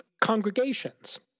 congregations